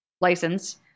license